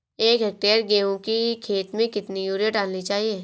एक हेक्टेयर गेहूँ की खेत में कितनी यूरिया डालनी चाहिए?